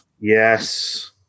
yes